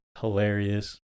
hilarious